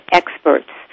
experts